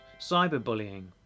Cyberbullying